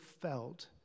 felt